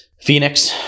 Phoenix